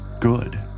good